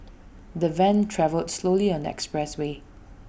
the van travelled slowly on the expressway